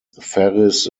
ferris